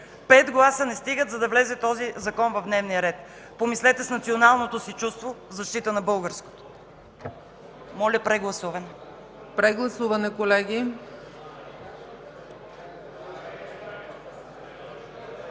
Пет гласа не стигат, за да влезе този закон в дневния ред! Помислете с националното си чувство в защита на българското. Моля, прегласуване. ПРЕДСЕДАТЕЛ ЦЕЦКА